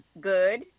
good